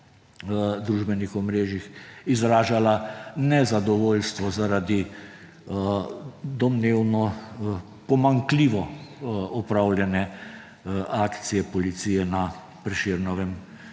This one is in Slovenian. družbenih omrežjih izražala nezadovoljstvo zaradi domnevno pomanjkljivo opravljene akcije policije na Prešernovem